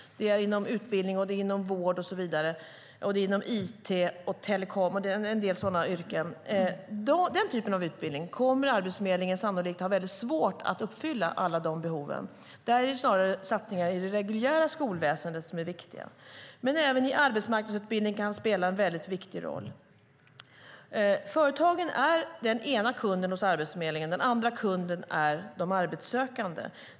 De finns inom utbildning, vård, it och telekom. För den typen av utbildning kommer Arbetsförmedlingen sannolikt att ha svårt att uppfylla alla de behoven. Där är det snarare satsningar i det reguljära skolväsendet som är viktiga. Men även arbetsmarknadsutbildning kan spela en viktig roll. Företagen är den ena kunden hos Arbetsförmedlingen. Den andra kunden är de arbetssökande.